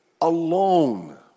alone